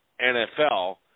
NFL